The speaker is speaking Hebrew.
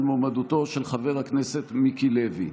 על מועמדתו של חבר הכנסת מיקי לוי.